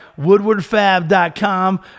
woodwardfab.com